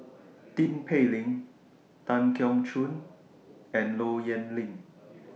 Tin Pei Ling Tan Keong Choon and Low Yen Ling